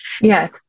Yes